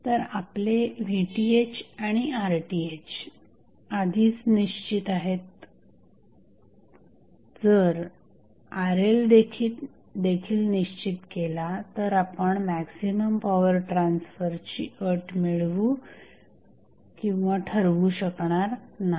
तर आपले VTh आणि RTh आधीच निश्चित आहेत जर RL देखील निश्चित केला तर आपण मॅक्झिमम पॉवर ट्रान्सफरची अट मिळवू किंवा ठरवू शकणार नाही